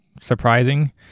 surprising